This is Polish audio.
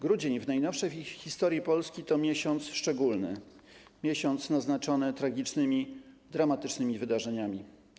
Grudzień w najnowszej historii Polski to miesiąc szczególny, miesiąc naznaczony tragicznymi, dramatycznymi wydarzeniami.